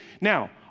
Now